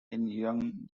young